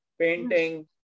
painting